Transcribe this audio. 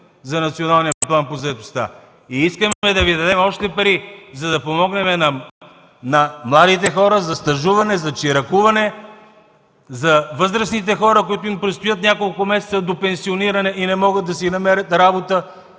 за Националния план по заетостта. И искаме да Ви дадем още пари, за да помогнем на младите хора за стажуване, за чиракуване, на възрастните хора, на които предстоят няколко месеца до пенсиониране и не могат да си намерят работа,